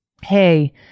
hey